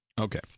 Okay